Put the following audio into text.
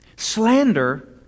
Slander